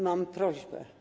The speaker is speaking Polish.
Mam prośbę.